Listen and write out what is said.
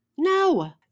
No